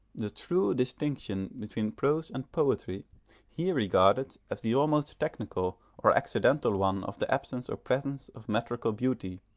the true distinction between prose and poetry he regarded as the almost technical or accidental one of the absence or presence of metrical beauty,